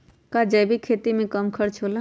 का जैविक खेती में कम खर्च होला?